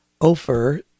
Ofer